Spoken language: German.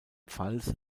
pfalz